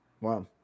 Wow